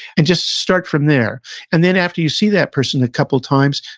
and just start from there and then, after you see that person a couple times,